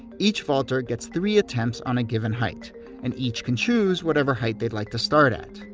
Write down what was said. each vaulter gets three attempts on a given height and each can choose whatever height they'd like to start at.